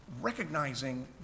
recognizing